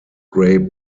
gray